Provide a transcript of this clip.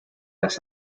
las